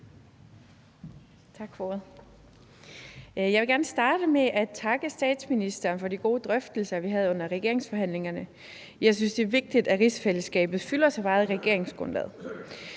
Tak for ordet. Jeg vil gerne starte med at takke statsministeren for de gode drøftelser, vi havde under regeringsforhandlingerne. Jeg synes, det er vigtigt, at rigsfællesskabet fylder så meget i regeringsgrundlaget.